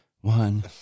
One